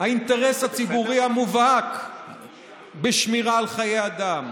האינטרס הציבורי המובהק בשמירה על חיי אדם,